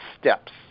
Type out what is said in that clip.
steps